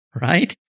right